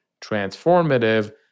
transformative